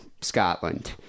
Scotland